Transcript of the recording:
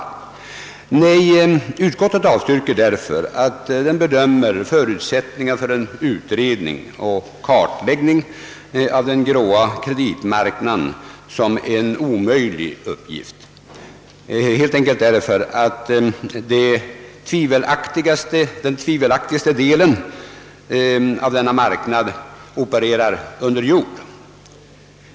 Utskottet avstyrker motionen därför att det bedömer förutsättningarna för en utredning och kartläggning av den grå kreditmarknaden som en omöjlig uppgift, helt enkelt därför att den tvivelaktigaste delen av denna marknad opererar under jord.